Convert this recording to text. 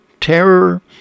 terror